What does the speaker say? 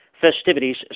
festivities